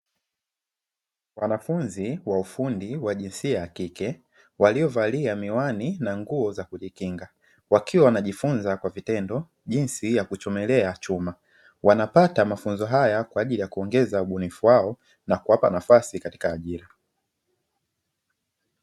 Wanafunzi wa ufundi wa jinsia ya kike waliovalia miwani na nguo za kujifunza, wakiwa wanajifunza kwa vitendo jinsi ya kuchomelea chuma, wanapata mafunzo haya kwa ajili ya kuongeza ubunifu wao na kuwapa nafasi katika ajira.